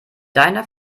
deiner